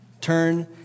Turn